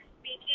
speaking